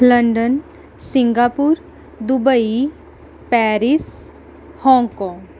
London Singapore Dubai Paris Hong Kong